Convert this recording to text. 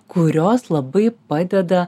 kurios labai padeda